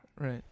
Right